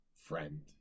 Friend